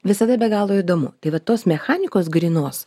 visada be galo įdomu tai va tos mechanikos grynos